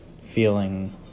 feeling